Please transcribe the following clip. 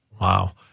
Wow